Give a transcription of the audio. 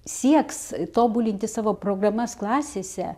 sieks tobulinti savo programas klasėse